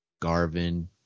Garvin